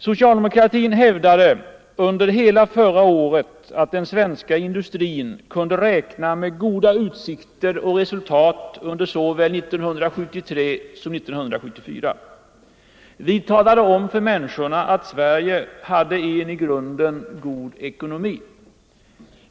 Socialdemokratin hävdade under hela förra året att den svenska industrin kunde räkna med goda utsikter och resultat under såväl 1973 som 1974. Vi talade om för människorna att Sverige hade en i grunden god ekonomi.